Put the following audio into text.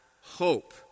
hope